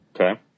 Okay